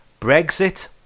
Brexit